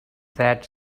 that